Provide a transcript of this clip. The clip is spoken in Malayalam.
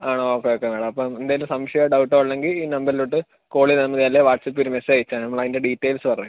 ആണോ ഓക്കെ ഓക്കെ മാഡം അപ്പോൾ എന്തേലും സംശയമോ ഡൗട്ടോ ഉണ്ടെങ്കിൽ ഈ നമ്പരിലോട്ട് കോള് ചെയ്താൽമതി അല്ലെൽ വാട്ട്സ്ആപ്പിൽ ഒരു മെസ്സേജ് അയച്ചാൽ മതി നമ്മൾ അതിൻ്റെ ഡീറ്റെയിൽസ് പറയാം